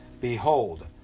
Behold